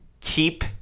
keep